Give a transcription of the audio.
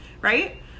right